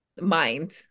mind